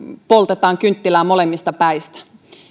poltetaan kynttilää molemmista päistä